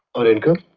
of income